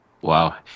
Wow